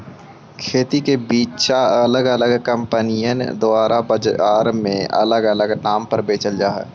खेती के बिचा अलग अलग कंपनिअन द्वारा बजार में अलग अलग नाम से बेचल जा हई